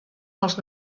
els